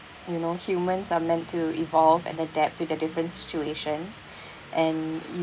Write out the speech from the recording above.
you know humans are meant to evolve and adapt to the different situations and